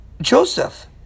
Joseph